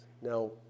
Now